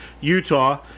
Utah